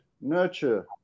nurture